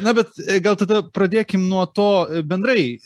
na bet gal tada pradėkim nuo to bendrai